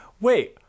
Wait